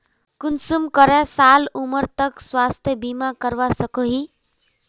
कुंसम करे साल उमर तक स्वास्थ्य बीमा करवा सकोहो ही?